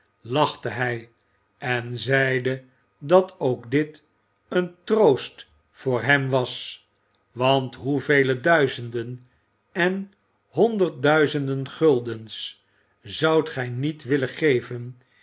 lachte hij en zeide dat ook dit een troost voor hem was want hoevele duizenden en honderd duizenden guldens zoudt gij niet willen geven